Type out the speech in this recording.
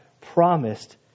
promised